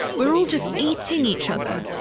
we're all just eating each other.